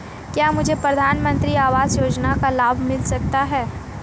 क्या मुझे प्रधानमंत्री आवास योजना का लाभ मिल सकता है?